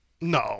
No